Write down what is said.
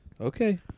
Okay